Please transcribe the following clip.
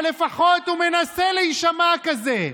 אבל לפחות הוא מנסה להישמע כזה.